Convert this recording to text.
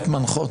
שאלות מנחות.